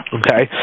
okay